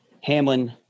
hamlin